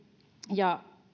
ja